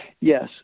Yes